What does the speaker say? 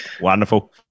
wonderful